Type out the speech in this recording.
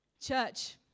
Church